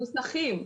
המוסכים.